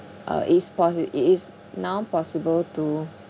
uh it's possi~ it is now possible to